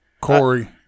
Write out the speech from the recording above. Corey